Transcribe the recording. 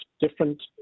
different